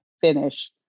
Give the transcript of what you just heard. finish